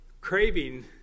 craving